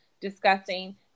discussing